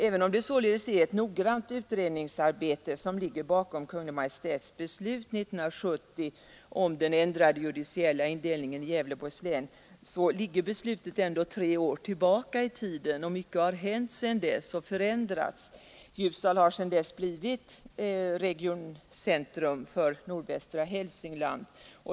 Även om således ett noggrant utredningsarbete ligger bakom Kungl. Maj:ts beslut 1970 om ändrad judiciell indelning i Gävleborgs län så ligger ju beslutet tre år tillbaka i tiden, och mycket har förändrats sedan dess. En del av argumenten då har inte längre giltighet. Ljusdal har sedan dess blivit regioncentrum för nordvästra Hälsingland.